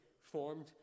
formed